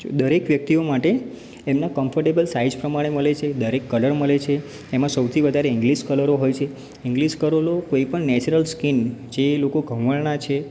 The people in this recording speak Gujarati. દરેક વ્યક્તિઓ માટે એમનાં કમ્ફર્ટેબલ સાઈઝ પ્રમાણે મળે છે દરેક કલર મળે છે એમાં સૌથી વધારે ઇંગ્લીશ કલરો હોય છે ઇંગ્લીશ કલરો કોઈપણ નૅચરલ સ્કીન જે લોકો ઘઉંવર્ણા છે